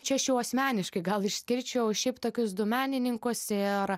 čia aš jau asmeniškai gal išskirčiau šiaip tokius du menininkus ir